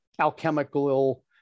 alchemical